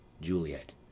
Juliet